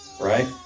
Right